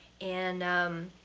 and um,